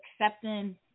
accepting